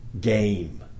game